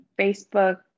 Facebook